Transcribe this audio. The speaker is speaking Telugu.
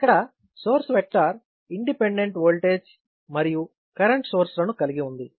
ఇక్కడ సోర్స్ వెక్టార్ ఇండిపెండెంట్ ఓల్టేజ్ మరియు కరెంట్ సోర్స్ లను కలిగి ఉంది